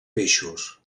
peixos